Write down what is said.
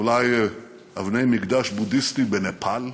אולי אבני מקדש בודהיסטי בנפאל?